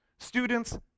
Students